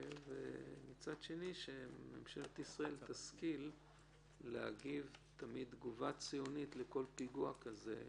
אם ממשלת ישראל תשכיל להגיב תגובה ציונית לכל פיגוע כזה,